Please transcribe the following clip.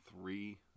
Three